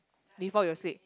before your sleep